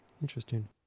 Interesting